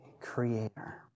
Creator